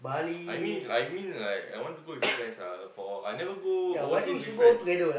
I mean I mean like I want to go with friends ah for I never go overseas with friends